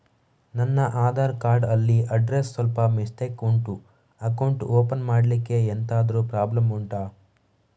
ನನ್ನ ಆಧಾರ್ ಕಾರ್ಡ್ ಅಲ್ಲಿ ಅಡ್ರೆಸ್ ಸ್ವಲ್ಪ ಮಿಸ್ಟೇಕ್ ಉಂಟು ಅಕೌಂಟ್ ಓಪನ್ ಮಾಡ್ಲಿಕ್ಕೆ ಎಂತಾದ್ರು ಪ್ರಾಬ್ಲಮ್ ಉಂಟಾ